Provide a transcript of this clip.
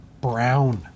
brown